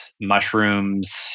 mushrooms